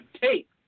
tape